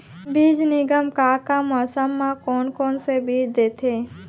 बीज निगम का का मौसम मा, कौन कौन से बीज देथे?